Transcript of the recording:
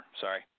Sorry